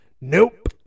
Nope